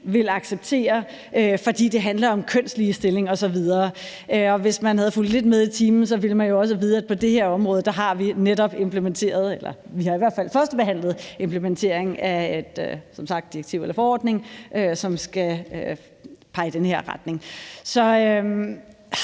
vil acceptere, fordi det handler om kønsligestilling osv. Hvis man havde fulgt lidt med i timen, ville man jo også vide, at på det her område har vi netop førstebehandlet implementeringen af et direktiv eller en forordning, som skal pege i den her retning.